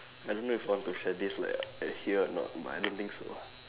I don't know if I want to share this like at here or not but I don't think so